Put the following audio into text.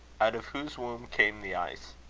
out of whose womb came the ice?